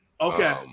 Okay